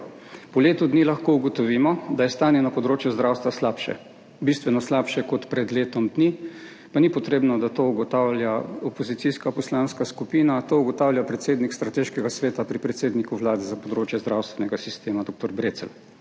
Po letu dni lahko ugotovimo, da je stanje na področju zdravstva slabše, bistveno slabše kot pred letom dni, pa ni potrebno, da to ugotavlja opozicijska poslanska skupina, to ugotavlja predsednik strateškega sveta pri predsedniku Vlade za področje zdravstvenega sistema dr. Brecelj.